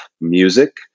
music